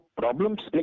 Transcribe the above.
problems